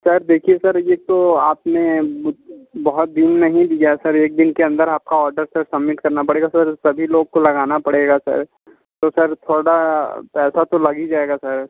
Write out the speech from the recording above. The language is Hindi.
सर देखिए सर यह तो आपने मुझे बहुत दिन नहीं दिया सर एक दिन के अंदर आपका ऑर्डर सर सबमिट करना पड़ेगा सर सभी लोग को लगाना पड़ेगा सर तो सर थोड़ा पैसा तो लग ही जाएगा सर